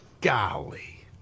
Golly